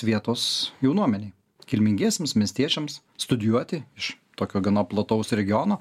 vietos jaunuomenei kilmingiesiems miestiečiams studijuoti iš tokio gana plataus regiono